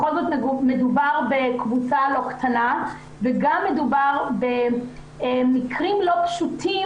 בכל זאת מדובר בקבוצה לא קטנה וגם מדובר במקרים לא פשוטים.